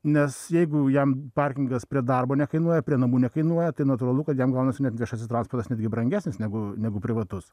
nes jeigu jam parkingas prie darbo nekainuoja prie namų nekainuoja tai natūralu kad jam gaunasi net viešasis transportas netgi brangesnis negu negu privatus